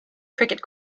cricket